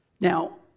Now